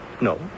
No